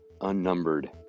unnumbered